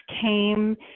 came